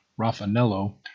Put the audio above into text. Raffanello